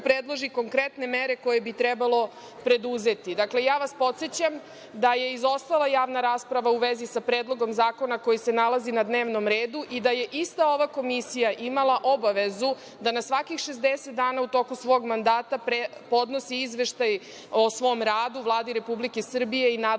predloži konkretne mere koje bi trebalo preduzeti. Dakle, ja vas podsećam da je izostala javna rasprava u vezi sa Predlogom zakona koji se nalazi na dnevnom redu i da je ista ova Komisija imala obavezu da na svakih 60 dana u toku svog mandata podnosi izveštaj o svom radu Vladi Republike Srbije i nadležnim